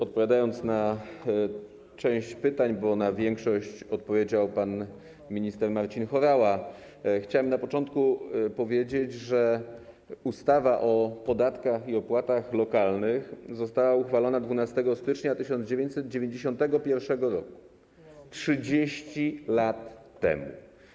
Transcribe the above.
Odpowiadając na część pytań, bo na większość odpowiedział pan minister Marcin Horała, chciałbym na początku powiedzieć, że ustawa o podatkach i opłatach lokalnych została uchwalona 12 stycznia 1991 r. [[30 lat temu.]] 30 lat temu.